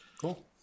Cool